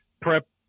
prep